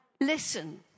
Listen